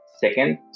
second